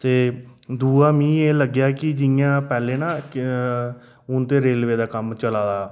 ते दूआ मीं एह् लग्गेआ कि जि'यां पैह्ले ना के रेलबे दा कम्म चला दा